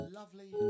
lovely